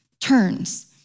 turns